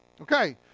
Okay